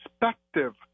perspective